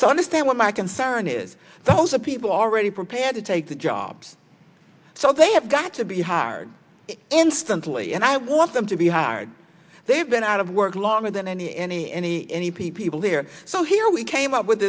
i understand what my concern is those are people already prepared to take the jobs so they have got to be hard instantly and i want them to be hired they've been out of work longer than any any any any people there so here we came up with